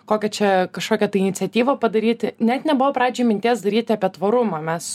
kokią čia kašokią tai iniciatyvą padaryti net nebuvo pradžiai minties daryti apie tvarumą mes